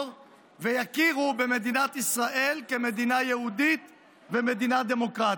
ויכירו במדינת ישראל כמדינה יהודית ומדינה דמוקרטית.